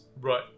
Right